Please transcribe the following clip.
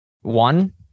One